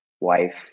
wife